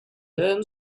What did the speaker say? and